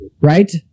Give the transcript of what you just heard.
right